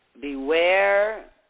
Beware